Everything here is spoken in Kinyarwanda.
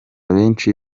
benshi